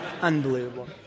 unbelievable